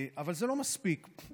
אבל זה לא מספיק.